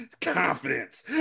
Confidence